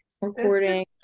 recording